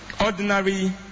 ordinary